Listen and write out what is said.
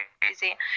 crazy